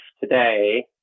today